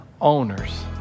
owners